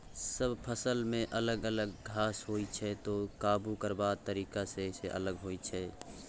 सब फसलमे अलग अलग घास होइ छै तैं काबु करबाक तरीका सेहो अलग होइ छै